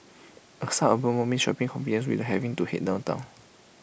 A suburban mall means shopping convenience without having to Head downtown